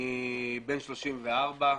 אני בן 34,